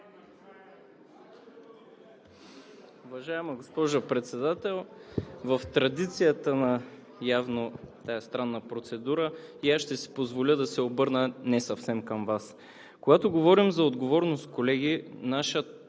Уважаема госпожо Председател! В традицията на явно тази странна процедура и аз ще си позволя да се обърна не съвсем към Вас. Когато говорим за отговорност, колеги, нашето